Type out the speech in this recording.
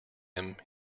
him